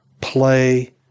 play